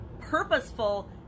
purposeful